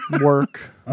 work